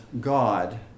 God